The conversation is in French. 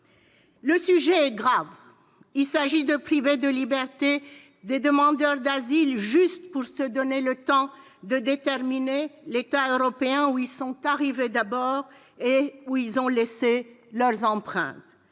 Le sujet est grave : il s'agit de priver de liberté des demandeurs d'asile juste pour se donner le temps de déterminer l'État européen par lequel ils sont arrivés en premier et où ils ont laissé leurs empreintes.